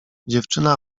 dziewczyna